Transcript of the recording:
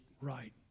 right